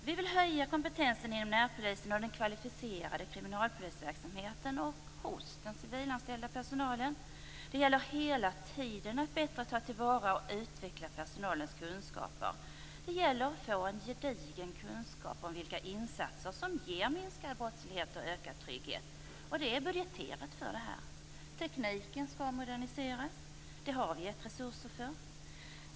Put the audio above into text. Vi vill höja kompetensen inom närpolisen och den kvalificerade kriminalpolisverksamheten och hos den civilanställda personalen. Det gäller hela tiden att bättre ta till vara och utveckla personalens kunskaper. Det gäller att få en gedigen kunskap om vilka insatser som ger minskad brottslighet och ökad trygghet, och vi har budgeterat för detta. Tekniken skall moderniseras. Det har vi också gett resurser för.